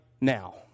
now